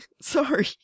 sorry